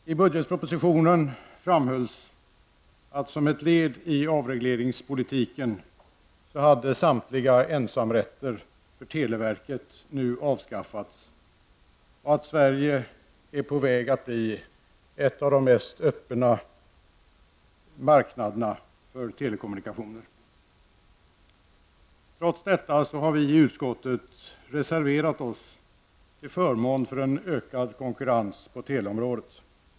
Herr talman! I budgetpropositionen framhölls att samtliga ensamrätter för televerket som ett led i avregleringspolitiken nu hade avskaffats och att Sverige är på väg att bli en av de mest öppna marknaderna för telekommunikationer. Trots detta har vi i utskottet reserverat oss till förmån för en ökad konkurrens på teleområdet.